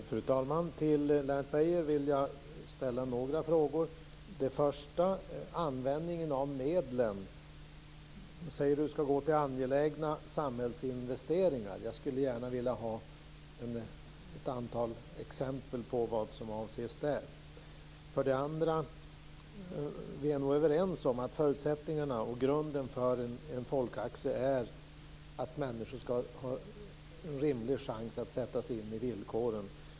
Fru talman! Jag vill ställa några frågor till Lennart Beijer. För det första har vi användningen av medlen. Lennart Beijer säger att de ska gå till angelägna samhällsinvesteringar. Jag skulle gärna vilja ha ett antal exempel på vad som avses där. För det andra är vi nog överens om att förutsättningarna och grunden för en folkaktie är att människor ska ha en rimlig chans att sätta sig in i villkoren.